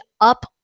up